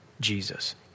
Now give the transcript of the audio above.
Jesus